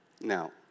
Now